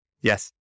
yes